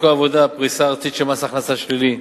העבודה: פריסה ארצית של מס הכנסה שלילי,